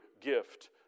gift